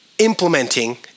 implementing